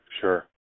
Sure